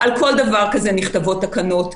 אז כל דבר כזה נכתבות תקנות,